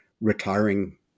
retiring